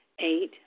Eight